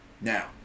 Now